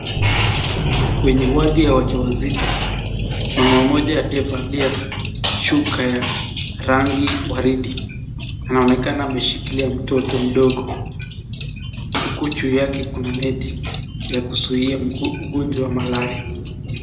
Kwenye wadi ya wajawazito mama mmoja aliyevalia shuka ya rangi waridi anaonekana ameshikilia mtoto mdogo huku juu yake kuna neti ya kuzuia ugonjwa wa malaria.